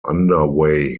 underway